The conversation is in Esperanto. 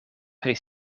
pri